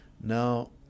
Now